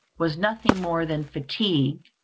was nothing more than fatigue,